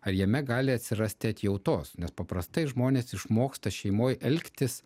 ar jame gali atsirasti atjautos nes paprastai žmonės išmoksta šeimoj elgtis